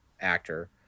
actor